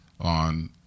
on